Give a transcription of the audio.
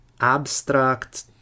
abstract